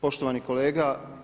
Poštovani kolega.